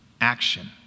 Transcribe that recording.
action